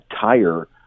tire